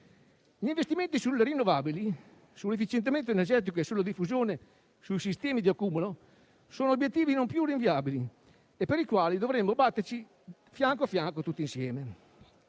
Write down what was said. Gli investimenti sulle rinnovabili, sull'efficientamento energetico, sulla diffusione e sui sistemi di accumulo sono obiettivi non più rinviabili, per i quali dovremo batterci fianco a fianco, tutti insieme.